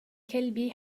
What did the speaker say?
كلبي